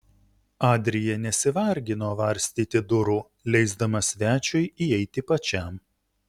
adrija nesivargino varstyti durų leisdama svečiui įeiti pačiam